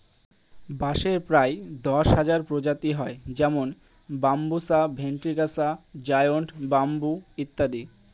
বাঁশের প্রায় দশ হাজার প্রজাতি হয় যেমন বাম্বুসা ভেন্ট্রিকসা জায়ন্ট ব্যাম্বু ইত্যাদি